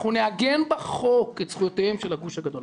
אנחנו נעגן בחוק את זכויותיהם של הגוש הגדול.